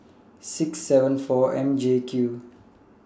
six N four M J Q